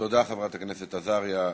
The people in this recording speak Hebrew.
תודה, חברת הכנסת עזריה.